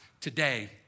today